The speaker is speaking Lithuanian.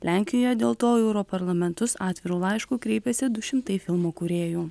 lenkijoje dėl to į europarlamentus atviru laišku kreipėsi du šimtai filmų kūrėjų